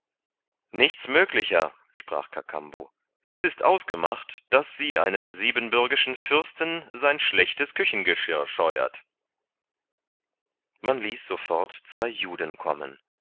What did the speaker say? nichts möglicher sprach kakambo es ist ausgemacht daß sie einem siebenbürgischen fürsten sein schlechtes küchengeschirr scheuert man ließ sofort zwei juden kommen